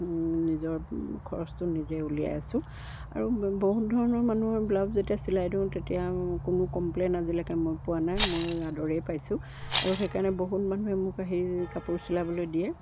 নিজৰ খৰচটো নিজে উলিয়াই আছোঁ আৰু বহুত ধৰণৰ মানুহৰ ব্লাউজ যেতিয়া চিলাই দিওঁ তেতিয়া কোনো কমপ্লেইন আজিলৈকে মই পোৱা নাই মই আদৰেই পাইছোঁ আৰু সেইকাৰণে বহুত মানুহে মোক আহি কাপোৰ চিলাবলৈ দিয়ে